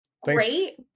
great